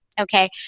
Okay